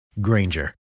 Granger